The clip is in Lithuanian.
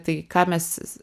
tai ką mes